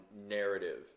narrative